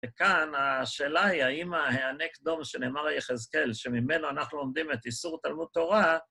וכאן השאלה היא האם ה"האנק דום" שנאמר ליחזקאל, שממנו אנחנו לומדים את איסור תלמוד תורה